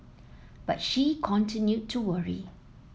but she continued to worry